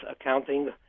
accounting